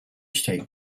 state